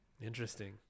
Interesting